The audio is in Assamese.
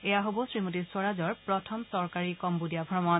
এয়া হব শ্ৰীমতী স্বৰাজৰ প্ৰথম চৰকাৰী কন্নোডিয়া ভ্ৰমণ